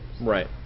Right